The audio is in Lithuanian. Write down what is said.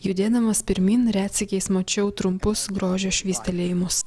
judėdamas pirmyn retsykiais mačiau trumpus grožio švystelėjimus